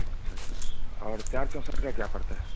अच्छा अच्छा और चार चौसठ का क्या पड़ता है